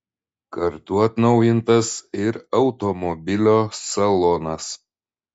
kartu atnaujintas ir automobilio salonas